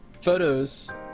photos